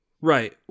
Right